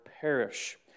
perish